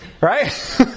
Right